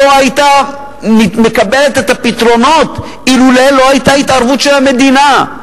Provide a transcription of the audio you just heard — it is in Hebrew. אור-יהודה לא היתה מקבלת את הפתרונות אילולא היתה התערבות של המדינה.